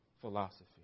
philosophy